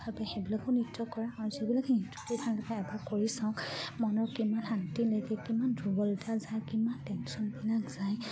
ভাৱে সেইবিলাকো নৃত্য কৰা আৰু যিবিলাক নৃত্য কৰিলে এবাৰ কৰি চাওঁ মনৰ কিমান শান্তি লাগে কিমান দুৰ্বলতা যায় কিমান টেনশ্যনবিলাক যায়